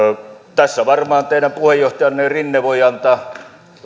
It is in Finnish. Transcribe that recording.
tässä varmaan teidän puheenjohtajanne rinne voi antaa